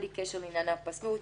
בלי קשר לעניין הפסלות.